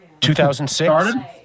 2006